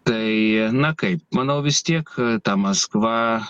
tai na kaip manau vis tiek ta maskva